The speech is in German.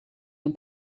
dem